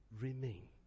remain